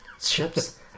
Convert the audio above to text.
ships